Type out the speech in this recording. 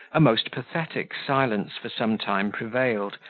a most pathetic silence for some time prevailed,